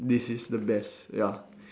this is the best ya